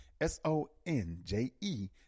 S-O-N-J-E